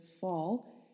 fall